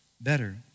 better